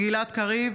גלעד קריב,